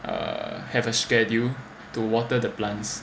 uh have a schedule to water the plants